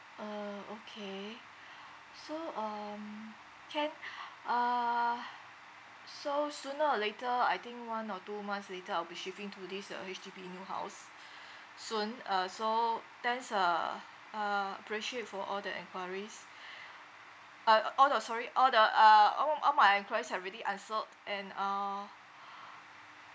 ah okay so um can uh so sooner or later I think one or two months later I'll be shifting to this uh H_D_B new house soon uh so thanks uh uh appreciate for all the enquiries uh all the sorry all the uh all all my enquiries have already answered and uh